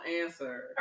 answer